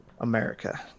America